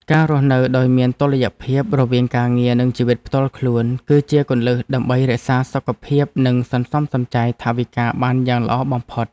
ការរស់នៅដោយមានតុល្យភាពរវាងការងារនិងជីវិតផ្ទាល់ខ្លួន គឺជាគន្លឹះដើម្បីរក្សាសុខភាពនិងសន្សំសំចៃថវិកាបានយ៉ាងល្អបំផុត។